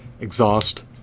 exhaust